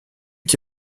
qui